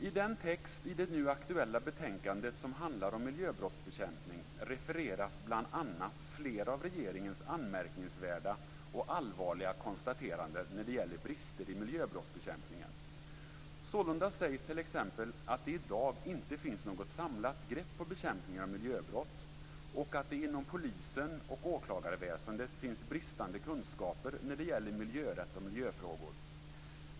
I den text i det nu aktuella betänkandet som handlar om miljöbrottsbekämpning refereras bl.a. flera av regeringens anmärkningsvärda och allvarliga konstateranden när det gäller brister i miljöbrottsbekämpningen. Sålunda sägs t.ex. att det i dag inte finns något samlat grepp om bekämpningen av miljöbrott och att det inom polisen och åklagarväsendet finns bristande kunskaper när det gäller miljörätt och miljöfrågor.